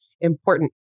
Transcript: important